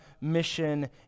mission